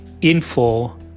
info